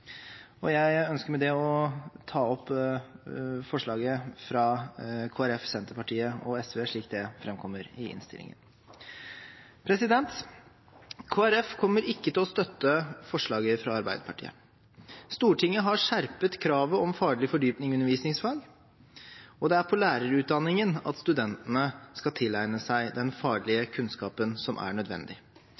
matte. Jeg ønsker med det å ta opp forslaget fra Kristelig Folkeparti, Senterpartiet og SV, slik det framkommer i innstillingen. Kristelig Folkeparti kommer ikke til å støtte forslaget fra Arbeiderpartiet. Stortinget har skjerpet kravet om faglig fordypning i undervisningsfag, og det er på lærerutdanningen at studentene skal tilegne seg den faglige kunnskapen som er nødvendig.